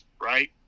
right